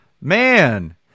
Man